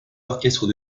orchestres